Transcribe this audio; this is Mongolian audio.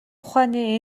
ухааны